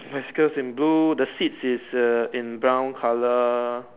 bicycles in blue the seats is a in brown color